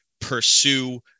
pursue